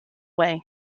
way